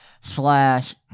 slash